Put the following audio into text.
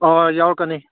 ꯑꯣ ꯍꯣꯏ ꯌꯥꯎꯔꯛꯀꯅꯤ